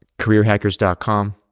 careerhackers.com